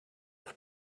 have